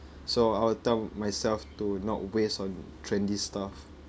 so I'll tell myself to not waste on trendy stuff